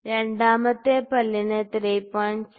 രണ്ടാമത്തെ പല്ലിന് 3